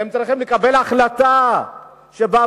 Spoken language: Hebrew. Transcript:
הם צריכים לקבל החלטה שאומרת: